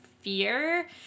fear